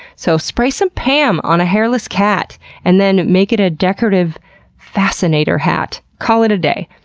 so spray some pam on a hairless cat and then make it a decorative fascinator hat. call it a day.